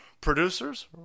producers